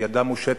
ידה מושטת.